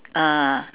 ah